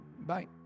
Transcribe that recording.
Bye